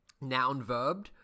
noun-verbed